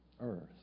earth